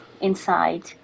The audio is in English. inside